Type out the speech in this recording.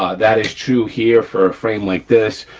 ah that is true here for a frame like this,